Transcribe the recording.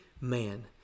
man